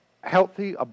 healthy